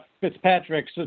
Fitzpatrick